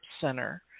center